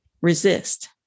resist